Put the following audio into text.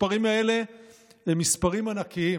המספרים האלה הם מספרים ענקיים.